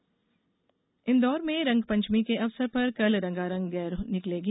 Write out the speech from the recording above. रंगपंचमी इंदौर में रंगपंचमी के अवसर पर कल रंगारंग गेर निकलेगी